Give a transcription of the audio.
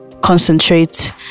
concentrate